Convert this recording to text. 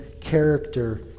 character